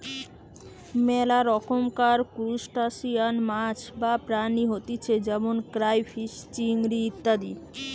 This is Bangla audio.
মেলা রকমকার ত্রুসটাসিয়ান মাছ বা প্রাণী হতিছে যেমন ক্রাইফিষ, চিংড়ি ইত্যাদি